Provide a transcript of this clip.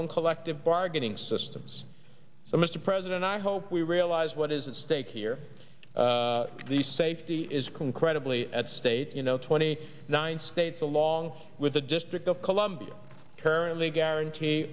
own collective bargaining systems so mr president i hope we realize what is at stake here the safety is can credibly at state you know twenty nine states along with the district of columbia currently guarantee